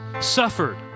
suffered